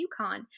UConn